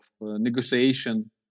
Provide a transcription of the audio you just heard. negotiation